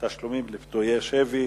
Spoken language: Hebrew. תשלומים לפדויי שבי